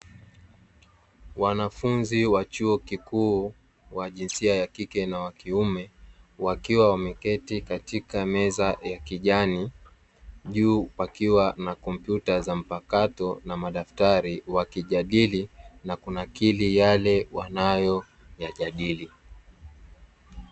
Wanafunzi wa chuo kikuu wa jinsia ya kike na wa kiume, wakiwa wameketi katika meza ya kijani, juu pakiwa na kompyuta za mpakato ,na madaftari, wakijadili na kunakili yale wanayoyajadili.